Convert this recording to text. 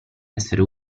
essere